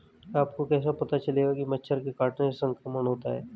आपको कैसे पता चलेगा कि मच्छर के काटने से संक्रमण होता है?